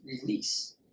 release